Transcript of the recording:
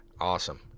Awesome